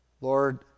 Lord